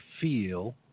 feel